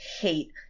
hate